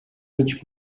mig